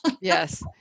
Yes